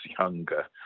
younger